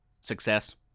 success